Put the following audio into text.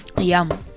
Yum